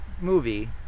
movie